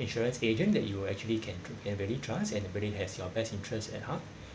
insurance agent that you will actually can can really trust and everybody has your best interests at heart